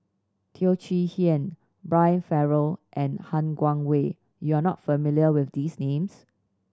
Teo Chee Hean Brian Farrell and Han Guangwei you are not familiar with these names